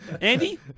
Andy